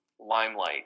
Limelight